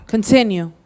Continue